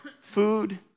food